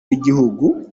w’igihugu